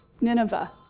Nineveh